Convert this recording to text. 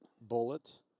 Bullet